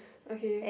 okay